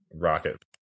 rocket